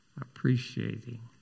appreciating